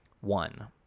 One